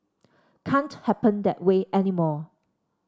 can't happen that way anymore